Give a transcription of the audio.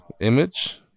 image